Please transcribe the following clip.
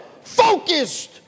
focused